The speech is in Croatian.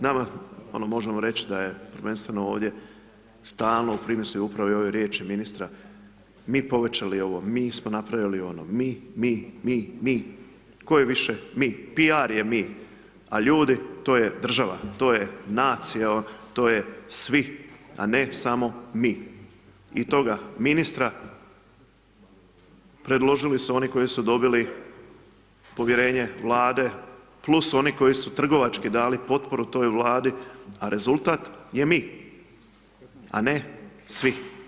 Nama, ono možemo reći da je prvenstveno ovdje stalno u primisli upravo ove riječi ministra mi povećali ovo, mi smo napravili ono, mi, mi, mi, mi, tko je više mi, piar je mi, a ljudi to je država, to je nacija ova, to je svi, a ne samo mi i toga ministra predložili su oni koji su dobili povjerenje Vlade + oni koji su trgovački dali potporu toj Vladi, a rezultat je mi, a ne svi.